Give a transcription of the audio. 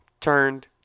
Turned